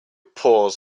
paws